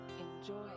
Enjoy